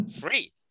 free